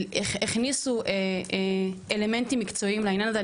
והכניסו אלמנטים מקצועיים לעניין הזה.